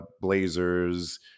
blazers